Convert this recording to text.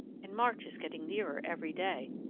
and march is getting nearer every day.